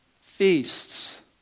feasts